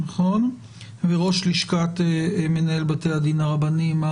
וראש לשכת מנהל בתי הדין הרבניים,